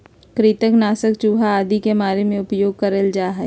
कृंतक नाशक चूहा आदि के मारे मे उपयोग करल जा हल